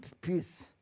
peace